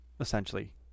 essentially